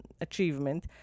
achievement